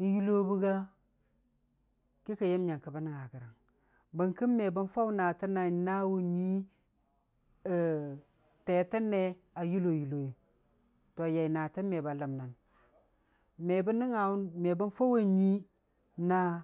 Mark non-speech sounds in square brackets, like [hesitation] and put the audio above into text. n'yullobə ga, ki kən yəm nyəngkə bən nəngnga gərəng, bəng kə me bən Far naatə na naawu nyuii [hesitation] tee tən nee a yullo yulloi, to yai naatə me ba ləmnən, me bən Farwe nyuii na.